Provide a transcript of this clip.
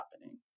happening